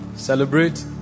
Celebrate